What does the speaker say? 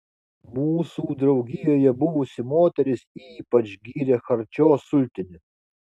mūsų draugijoje buvusi moteris ypač gyrė charčio sultinį